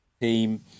team